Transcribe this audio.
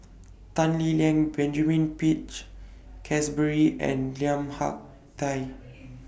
Tan Lee Leng Benjamin Peach Keasberry and Lim Hak Tai